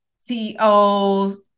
CEOs